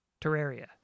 Terraria